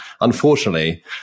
Unfortunately